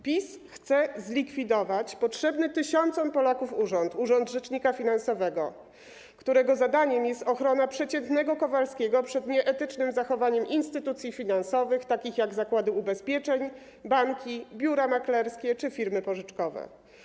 PiS chce zlikwidować potrzebny tysiącom Polaków urząd - urząd rzecznika finansowego, którego zadaniem jest ochrona przeciętnego Kowalskiego przed nieetycznym zachowaniem instytucji finansowych, takich jak zakłady ubezpieczeń, banki, biura maklerskie czy firmy pożyczkowe.